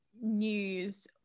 news